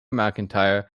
mcintyre